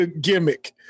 gimmick